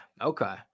Okay